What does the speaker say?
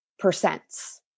percents